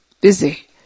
busy